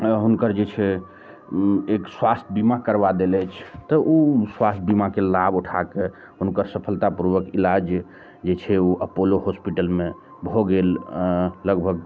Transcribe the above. हुनकर जे छै एक स्वास्थ्य बीमा करबा देल अछि तऽ ओ स्वास्थ्य बीमाके लाभ उठाके हुनकर सफलतापूर्वक इलाज जे छै ओ अपोलो हॉस्पिटलमे भऽ गेल लगभग